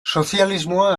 sozialismoa